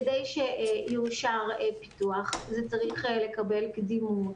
כדי שיאושר פיתוח זה צריך לקבל קדימות,